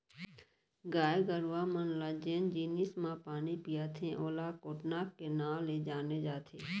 गाय गरूवा मन ल जेन जिनिस म पानी पियाथें ओला कोटना के नांव ले जाने जाथे